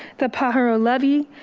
the pajaro levy,